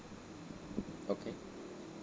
okay